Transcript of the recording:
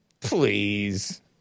Please